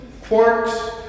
quarks